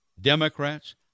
Democrats